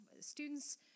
students